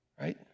right